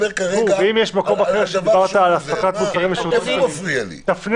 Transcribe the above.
ואם יש מקום אחר שדיברת על אספקת מוצרים ושירותים חיוניים תפנה